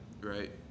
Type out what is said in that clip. right